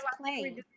playing